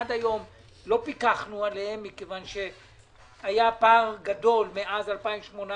עד היום לא פיקחנו עליהם מכיוון שהיה פער גדול מאז 2018,